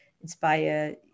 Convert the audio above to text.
inspire